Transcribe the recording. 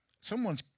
someone's